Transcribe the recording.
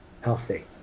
healthy